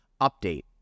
Update